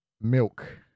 milk